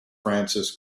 francis